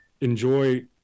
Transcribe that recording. enjoy